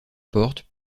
porte